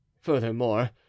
Furthermore